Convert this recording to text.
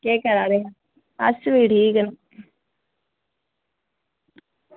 केह् करा दे अस बी ठीक